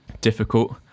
difficult